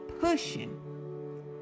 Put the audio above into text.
pushing